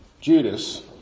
Judas